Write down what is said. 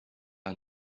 are